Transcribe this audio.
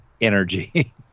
energy